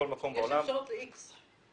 יש אפשרות לאיקס.